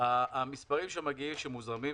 המספרים שמוזרמים,